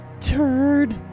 Turd